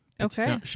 Okay